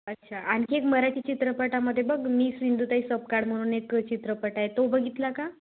अच्छा आणखी एक मराठी चित्रपटामध्ये बघ मी सिंधुताई सपकाळ म्हणून एक चित्रपट आहे तो बघितला का